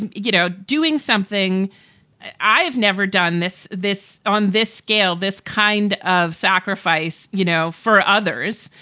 and you know, doing something i have never done this this on this scale, this kind of sacrifice, you know, for others.